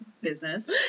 business